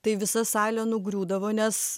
tai visa salė nugriūdavo nes